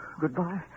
Goodbye